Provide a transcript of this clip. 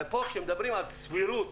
וכשמדברים על סבירות